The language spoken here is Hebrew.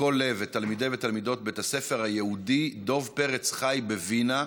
מכל לב את תלמידי ותלמידות בית הספר היהודי דב פרץ חי בווינה,